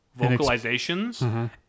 vocalizations